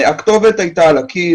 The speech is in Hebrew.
הכתובת הייתה על הקיר.